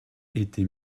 était